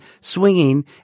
swinging